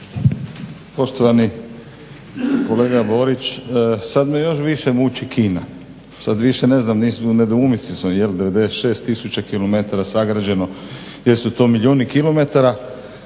Poštovani kolega Borić, sad me još više muči Kina. Sad više ne znam, u nedoumici smo jel' 96000 kilometara sagrađeno, jesu to milijuni kilometara.